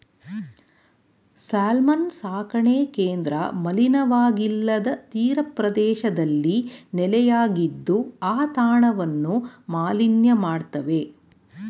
salmon ಸಾಕಣೆ ಕೇಂದ್ರ ಮಲಿನವಾಗಿಲ್ಲದ ತೀರಪ್ರದೇಶದಲ್ಲಿ ನೆಲೆಯಾಗಿದ್ದು ಆ ತಾಣವನ್ನು ಮಾಲಿನ್ಯ ಮಾಡ್ತವೆ